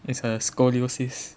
it's err scoliosis